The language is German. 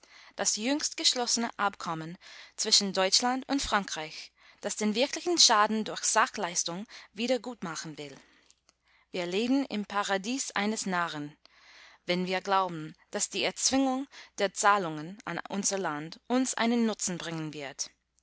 das jüngst geschlossene abkommen zwischen deutschland und frankreich das den wirklichen schaden durch sachleistungen wieder gutmachen will wir leben im paradies eines narren wenn wir glauben daß die erzwingung der zahlungen an unser land uns einen nutzen bringen wird